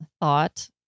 thought